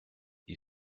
you